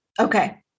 Okay